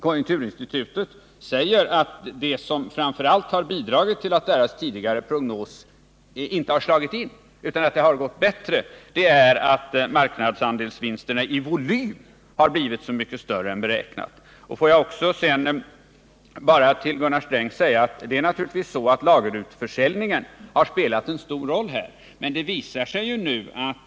Konjunkturinstitutet säger att det som framför allt har bidragit till att deras tidigare prognos inte har slagit in och att det har gått bättre, är att marknadsandelsvinsterna i volym har blivit så mycket större än beräknat. Nr 56 Får jag sedan till Gunnar Sträng bara säga att lagerutförsäljningen Fredagen den naturligtvis har spelat en stor roll här. Men det visar sig ju nu, när vit.ex.